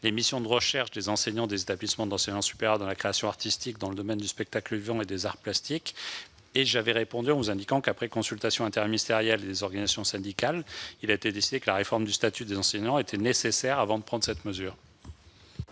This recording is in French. les missions de recherche des enseignants des établissements d'enseignement supérieur dans la création artistique, dans le domaine du spectacle vivant et des arts plastiques. J'ai déjà eu l'occasion d'indiquer qu'après consultation interministérielle des organisations syndicales, il a été décidé que la réforme du statut des enseignants était nécessaire avant de prendre cette mesure.